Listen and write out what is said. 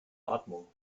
atmung